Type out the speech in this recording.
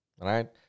right